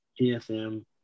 PSM